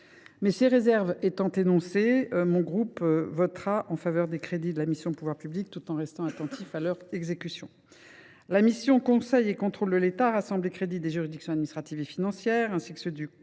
Ces réserves énoncées, le groupe socialiste votera en faveur des crédits de la mission « Pouvoirs publics », tout en restant attentif à leur exécution. La mission « Conseil et contrôle de l’État » rassemble les crédits des juridictions administratives et financières, ainsi que ceux du Conseil